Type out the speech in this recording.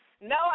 No